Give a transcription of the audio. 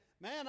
Man